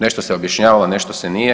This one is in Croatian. Nešto se objašnjavalo, nešto se nije.